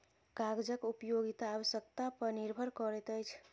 कागजक उपयोगिता आवश्यकता पर निर्भर करैत अछि